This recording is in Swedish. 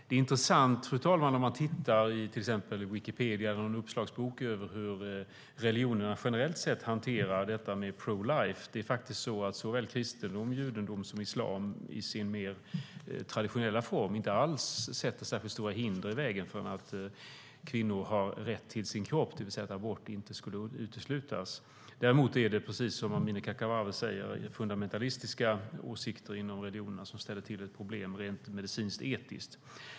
Det är intressant, fru talman, om man tittar i till exempel Wikipedia eller någon uppslagsbok hur religionerna generellt sett hanterar detta med pro-life. Såväl kristendom som judendom och islam i den mer traditionella formen sätter faktiskt inte alls särskilt stora hinder i vägen för att kvinnor har rätt till sin kropp, det vill säga att abort inte skulle uteslutas. Däremot är det, precis som Amineh Kakabaveh säger, fundamentalistiska åsikter inom religionerna som ställer till ett problem rent medicinsk-etiskt.